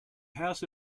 house